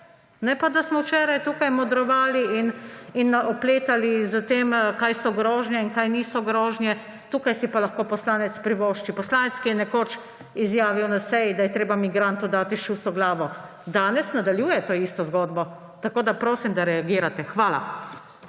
Ne pa, da smo včeraj tukaj modrovali in opletali s tem, kaj so grožnje in kaj niso grožnje, tukaj si pa lahko poslanec privošči. Poslanec, ki je nekoč izjavil na seji, da je treba migrantom dati šus v glavo, danes nadaljuje to isto zgodbo. Tako da prosim, da reagirate. Hvala.